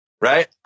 Right